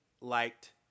liked